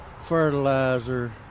fertilizer